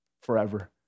forever